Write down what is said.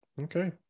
okay